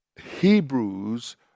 Hebrews